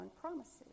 promises